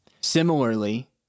Similarly